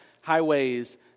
highways